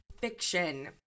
fiction